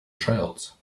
trails